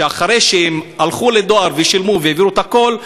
שאחרי שהם הלכו לדואר ושילמו והעבירו את הכול,